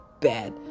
bad